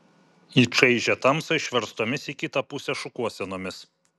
į čaižią tamsą išverstomis į kitą pusę šukuosenomis